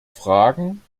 fragen